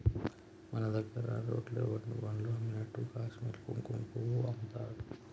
మన దగ్గర రోడ్లెమ్బడి పండ్లు అమ్మినట్లు కాశ్మీర్ల కుంకుమపువ్వు అమ్ముతారట